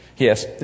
Yes